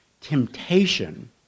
temptation